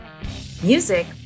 Music